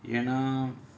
ஏனா:yaenaa